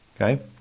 Okay